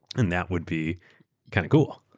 and that would be kind of cool.